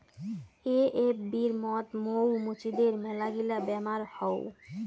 এ.এফ.বির মত মৌ মুচিদের মেলাগিলা বেমার হউ